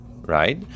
right